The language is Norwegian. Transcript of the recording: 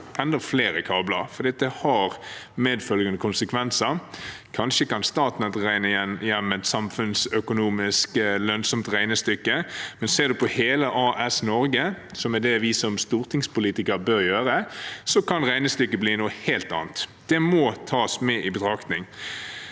enda flere kabler, for dette har konsekvenser. Kanskje kan Statnett regne hjem et samfunnsøkonomisk lønnsomt regnestykke, men ser man på hele AS Norge, som er det vi som stortingspolitikere bør gjøre, kan regnestykket bli noe helt annet. Det må tas med i betraktning.